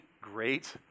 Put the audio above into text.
great